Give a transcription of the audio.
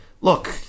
look